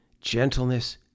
gentleness